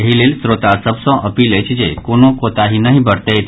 एहि लेल श्रोता सभ सँ अपील अछि जे कोनो कोताहि नहि बरतैथ